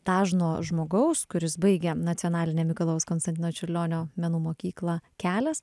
dažno žmogaus kuris baigė nacionalinę mikalojaus konstantino čiurlionio menų mokyklą kelias